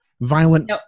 violent